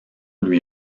lui